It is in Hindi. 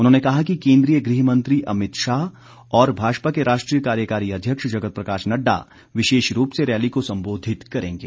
उन्होंने कहा कि केंद्रीय गृह मंत्री अमित शाह और भाजपा के राष्ट्रीय कार्यकारी अध्यक्ष जगत प्रकाश नड्डा विशेष रूप से रैली को संबोधित करेंगे